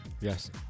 yes